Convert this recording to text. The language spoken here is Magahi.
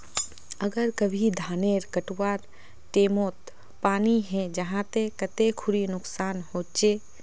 अगर कभी धानेर कटवार टैमोत पानी है जहा ते कते खुरी नुकसान होचए?